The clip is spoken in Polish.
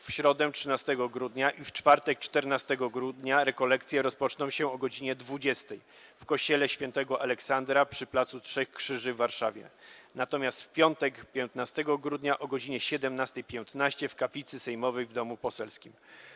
W środę 13 grudnia i w czwartek 14 grudnia rekolekcje rozpoczną się o godz. 20 w kościele św. Aleksandra przy pl. Trzech Krzyży w Warszawie, natomiast w piątek 15 grudnia - o godz. 7.15 w kaplicy sejmowej w Domu Poselskim.